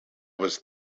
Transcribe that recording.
was